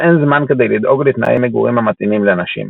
אין זמן כדי לדאוג לתנאי מגורים המתאימים לנשים.